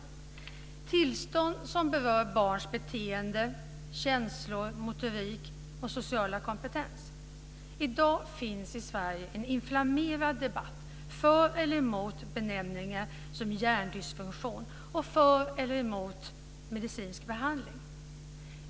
Det är tillstånd som rör barns beteende, känslor, motorik och sociala kompetens. I dag finns i Sverige en inflammerad debatt för eller emot benämningar som hjärndysfunktion och för eller emot medicinsk behandling.